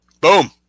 Boom